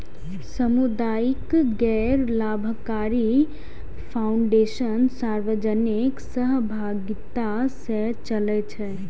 सामुदायिक गैर लाभकारी फाउंडेशन सार्वजनिक सहभागिता सं चलै छै